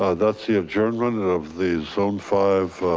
ah that's the adjourn run of these own five,